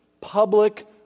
public